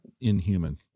inhuman